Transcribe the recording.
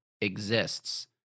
exists